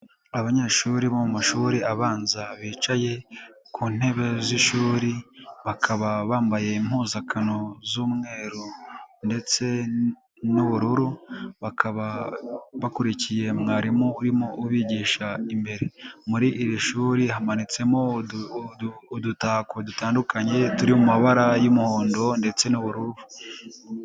Abanyeshuri bo mu mashuri abanza bicaye ku ntebe z'ishuri bakaba bambaye impuzankano z'umweru ndetse n'ubururu bakaba bakurikiye mwarimu urimo ubigisha imbere, muri iri shuri hamanitsemo udutako dutandukanye turi mu mabara y'umuhondo ndetse n'ubururu.